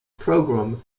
programme